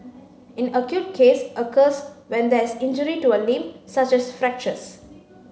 an acute case occurs when there is injury to a limb such as fractures